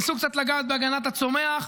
ניסו קצת לגעת בהגנת הצומח,